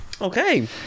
Okay